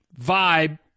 vibe